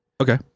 Okay